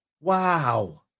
Wow